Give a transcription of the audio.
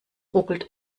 ruckelt